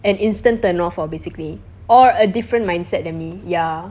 an instant turn off ah basically or a different mindset than me ya